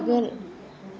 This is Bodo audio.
आगोल